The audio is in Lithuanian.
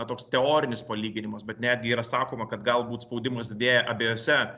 na toks teorinis palyginimas bet netgi yra sakoma kad galbūt spaudimas didėja abiejuose